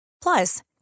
Plus